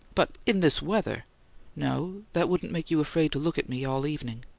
but in this weather no. that wouldn't make you afraid to look at me all evening!